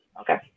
Okay